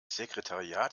sekretariat